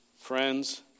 Friends